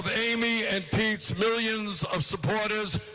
they me and pizza millions of supporters,